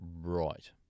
right